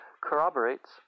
corroborates